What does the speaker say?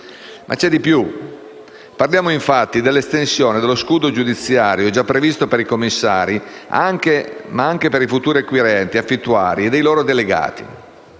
Ma c'è di più. Parliamo infatti dell'estensione dello scudo giudiziario già previsto per i commissari anche ai futuri acquirenti e affittuari e ai loro delegati.